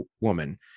woman